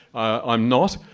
i'm not,